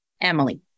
Emily